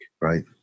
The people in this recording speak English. Right